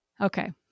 okay